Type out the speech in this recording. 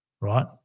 right